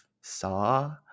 saw